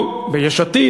או ביש עתיד,